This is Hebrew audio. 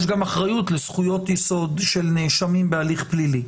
יש גם אחריות לזכויות יסוד של נאשמים בהליך פלילי.